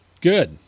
Good